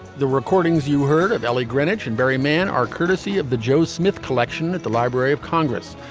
the recordings you heard of ellie greenwich and barry mann are courtesy of the joe smith collection at the library of congress.